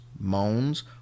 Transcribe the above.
moans